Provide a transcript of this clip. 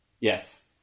Yes